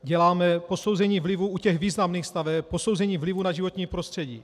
Děláme posouzení vlivu u těch významných staveb, posouzení vlivu na životní prostředí.